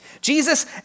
Jesus